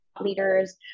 leaders